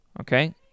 okay